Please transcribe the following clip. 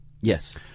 Yes